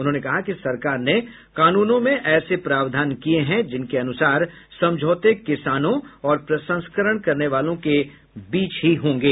उन्होंने कहा कि सरकार ने कानूनों में ऐसे प्रावधान किए हैं जिनके अनुसार समझौते किसानों और प्रसंस्करण करने वालों के बीच ही होंगे